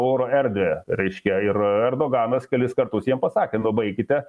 oro erdvę reiškia ir erdoganas kelis kartus jiem pasakė na baikite